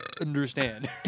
understand